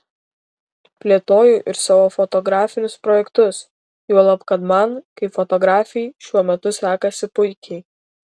plėtoju ir savo fotografinius projektus juolab kad man kaip fotografei šiuo metu sekasi puikiai